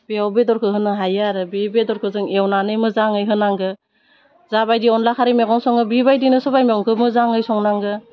बेयाव बेदरखौ होनो हायो आरो बे बेदरखौ जों एवनानै मोजाङै होनांगौ जा बायदि अनला खारि मेगं सङो बि बायदिनो सबाइ बिमाखौ मोजाङै संनांगो